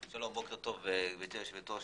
תודה, גברתי היושבת-ראש.